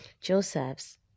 Joseph's